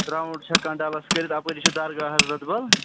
round چھُ ہٮ۪کان ڈَلس کٔرِتھ اَپٲرۍ چھُ درگاہ حضرت بَل